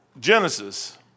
Genesis